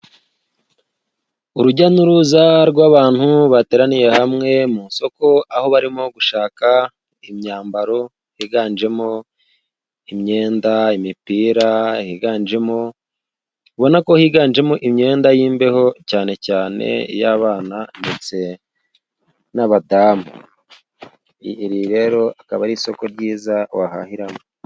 Urujya n'uruza rw'abantu bateraniye hamwe mu isoko aho barimo gushaka imyambaro higanjemo imyenda imipira higanjemo ubona ko higanjemo imyenda y'imbeho cyane cyane iy'abana ndetse n'abadamu rero akaba ari isoko ryiza wahahiramo.